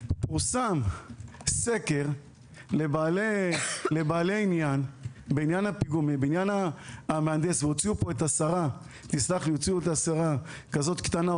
פורסם סקר לבעלי עניין בעניין המהנדס והוציאו פה את השרה כזאת קטנה,